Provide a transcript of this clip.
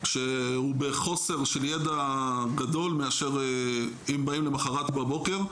כשהוא בחוסר של ידע גדול מאשר אם באים למחרת בבוקר,